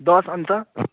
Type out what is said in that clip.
दस अन्त